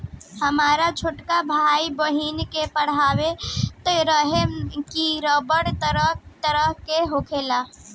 हामर छोटका भाई, बहिन के पढ़ावत रहे की रबड़ तरह तरह के होखेला